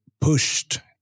pushed